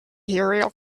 here